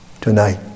tonight